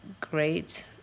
great